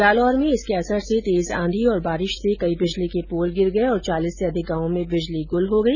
जालोर में इसके असर से तेज आंधी और बारिश से कई बिजली के पोल गिर गये और चालीस से अधिक गांवों में बिजली गुल हो गई